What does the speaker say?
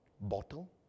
bottle